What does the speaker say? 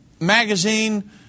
magazine